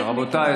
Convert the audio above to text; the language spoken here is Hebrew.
רבותיי,